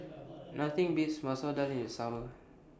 Nothing Beats Masoor Dal in The Summer